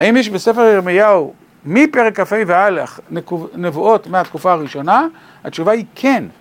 האם יש בספר ירמיהו, מפרק כ"ה ואילך, נבואות מהתקופה הראשונה? התשובה היא כן.